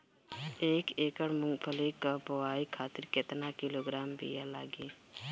एक एकड़ मूंगफली क बोआई खातिर केतना किलोग्राम बीया लागी?